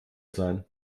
sein